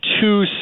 two